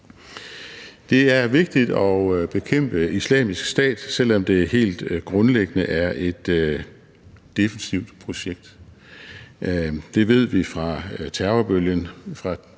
Det er vigtigt at bekæmpe Islamisk Stat, selv om det helt grundlæggende er et defensivt projekt. Det ved vi fra terrorbølgen